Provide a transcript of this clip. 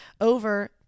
over